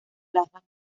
plaza